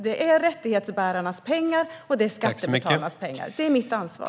Det är rättighetsbärarnas och skattebetalarnas pengar. Detta är mitt ansvar.